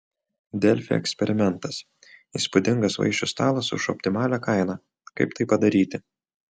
delfi eksperimentas įspūdingas vaišių stalas už optimalią kainą kaip tai padaryti